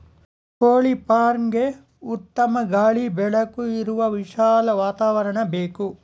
ಕೋಳಿ ಫಾರ್ಮ್ಗೆಗೆ ಉತ್ತಮ ಗಾಳಿ ಬೆಳಕು ಇರುವ ವಿಶಾಲ ವಾತಾವರಣ ಬೇಕು